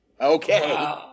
Okay